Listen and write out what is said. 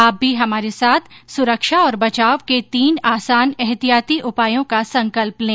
आप भी हमारे साथ सुरक्षा और बचाव के तीन आसान एहतियाती उपायों का संकल्प लें